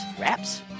wraps